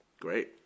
Great